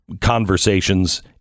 conversations